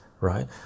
right